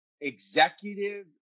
Executive